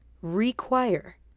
require